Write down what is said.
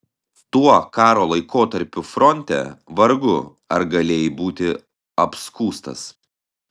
tuo karo laikotarpiu fronte vargu ar galėjai būti apskųstas